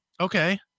Okay